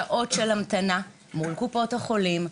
שעות של המתנה מול קופות החולים,